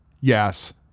Yes